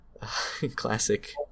Classic